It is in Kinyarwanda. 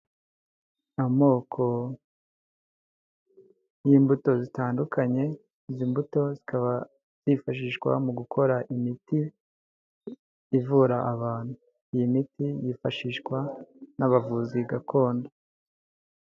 Amoko y'imbuto zitandukanye, izi mbuto zikaba zifashishwa mu gukora imiti ivura abantu, iyi miti yifashishwa n'abavuzi gakondo.